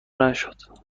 نشد